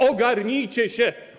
Ogarnijcie się!